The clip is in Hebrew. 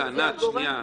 לא חשוב, ענת, שנייה.